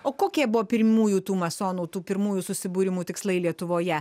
o kokie buvo pirmųjų tų masonų tų pirmųjų susibūrimų tikslai lietuvoje